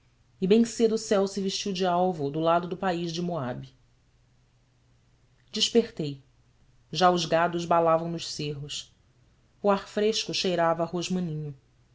e bem cedo o céu se vestiu de alvo do lado do país de moabe despertei já os gados balavam nos cerros o ar fresco cheirava a rosmaninho